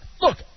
look